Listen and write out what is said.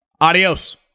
Adios